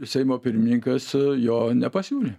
seimo pirminykas jo nepasiūlė